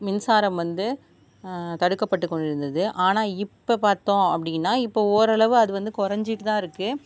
மின்சாரம் வந்து தடுக்கப்பட்டு கொண்டு இருந்தது ஆனால் இப்போ பார்த்தோம் அப்படின்னா இப்போது ஓரளவு அது வந்து கொறைஞ்சிட்டு தான் இருக்கு